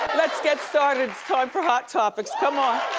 let's get started, it's time for hot topics, come on.